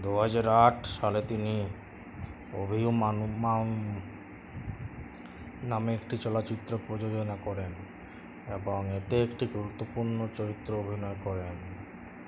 দু হাজার আট সালে তিনি অভিয়ুম মানুম মাউম নামে একটি চলচ্চিত্র প্রযোজনা করেন এবং এতে একটি গুরুত্বপূর্ণ চরিত্র অভিনয় করেন